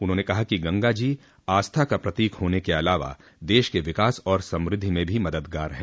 उन्होंने कहा कि गंगा जी आस्था का प्रतीक होने के अलावा देश के विकास और समृद्धि में भी मददगार हैं